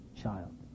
child